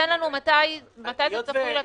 תן לנו מתי זה צפוי להתחיל.